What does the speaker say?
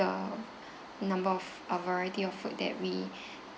the number of uh variety of food that we